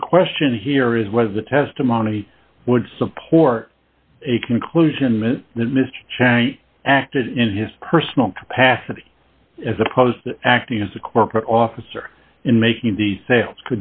so the question here is whether the testimony would support a conclusion that that mr chang acted in his personal capacity as opposed to acting as a corporate officer in making the sale